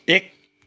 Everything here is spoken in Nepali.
एक